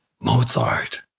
Mozart